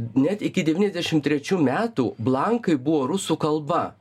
net iki devyniasdešim trečių metų blankai buvo rusų kalba